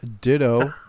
ditto